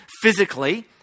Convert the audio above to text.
physically